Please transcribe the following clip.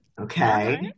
Okay